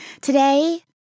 Today